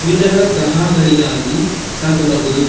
ಕೀಟಗಳ ಚಹಾಗಳಿಗಾಗಿ ಸಾಕಬಹುದು